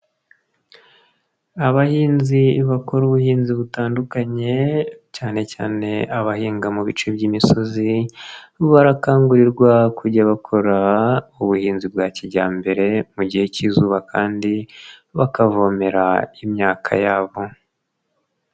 Abahinzi bakora ubuhinzi butandukanye cyane cyane abahinga mu bice by'imisozi, barakangurirwa kujya bakora ubuhinzi bwa kijyambere mu gihe cy'izuba kandi bakavomera imyaka yabo.